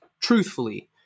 truthfully